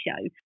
show